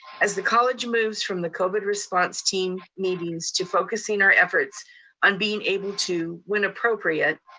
as the college moves from the covid response team meetings to focusing our efforts on being able to, when appropriate,